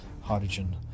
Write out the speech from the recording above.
hydrogen